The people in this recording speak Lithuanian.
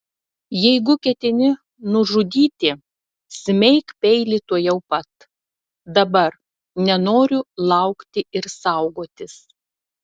jeigu ketini nužudyti smeik peilį tuojau pat dabar nenoriu laukti ir saugotis